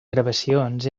gravacions